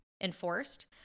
enforced